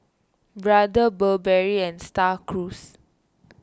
Brother Burberry and Star Cruise